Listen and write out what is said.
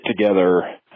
together